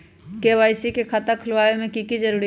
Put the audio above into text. KYC के खाता खुलवा में की जरूरी होई?